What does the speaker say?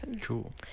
Cool